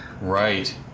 Right